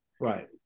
right